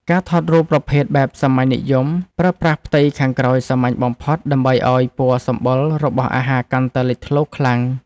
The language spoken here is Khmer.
ការថតរូបប្រភេទបែបសាមញ្ញនិយម ប្រើប្រាស់ផ្ទៃខាងក្រោយសាមញ្ញបំផុត ដើម្បីឱ្យពណ៌សម្បុររបស់អាហារកាន់តែលេចធ្លោខ្លាំង។